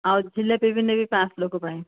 ଆଉ ଝିଲାପି ବି ନେବି ପାଞ୍ଚଶହ ଲୋକ ପାଇଁ